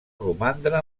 romandre